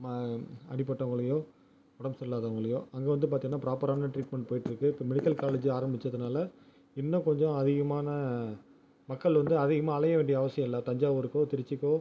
ம அடிபட்டவங்களையும் உடம்பு சரி இல்லாதவங்களையும் அங்கே வந்து பார்த்திங்கன்னா ப்ராப்பரான ட்ரீட்மெண்ட் போயிட்டுருக்குது இப்போ மெடிக்கல் காலேஜு ஆரம்பித்ததுனால இன்னும் கொஞ்சம் அதிகமான மக்கள் வந்து அதிகமாக அலைய வேண்டிய அவசியம் இல்லை தஞ்சாவூருக்கோ திருச்சிக்கோ